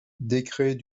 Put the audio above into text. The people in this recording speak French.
décret